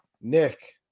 nick